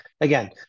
again